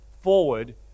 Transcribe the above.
forward